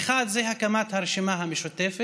האחד זה הקמת הרשימה המשותפת,